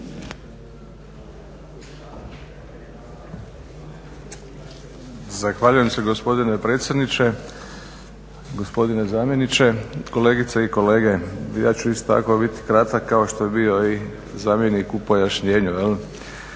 Zahvaljujem se gospodine predsjedniče, gospodine zamjeniče, kolegice i kolege. Ja ću isto tako biti kratak kao što je bio i zamjenik u pojašnjenju